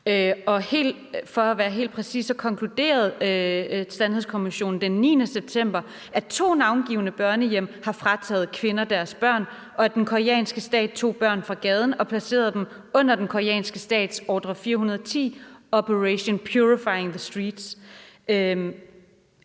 for at være helt præcis konkluderede Sandhedskommissionen den 9. september, at to navngivne børnehjem har frataget kvinder deres børn, og at den koreanske stat tog børn fra gaden og placerede dem under den koreanske stats ordre 410, Operation Purifying the streets.